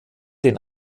den